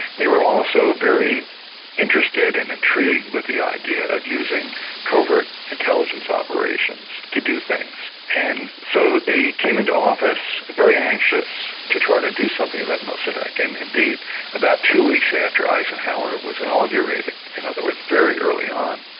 they were also very interested and intrigued with the idea of using covert intelligence operations to do things, and so they came into office very anxious to try to do something about mossadeq, and indeed about two weeks after eisenhower was inaugurated, in other words very early on,